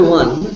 one